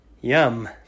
Yum